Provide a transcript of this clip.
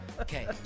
Okay